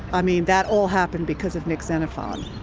i mean, that all happened because of nick xenophon.